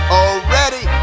already